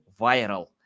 viral